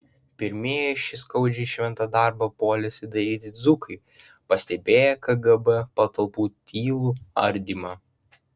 pirmieji šį skaudžiai šventą darbą puolėsi daryti dzūkai pastebėję kgb patalpų tylų ardymą